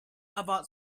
about